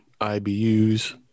ibus